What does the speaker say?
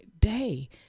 day